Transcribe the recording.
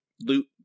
loot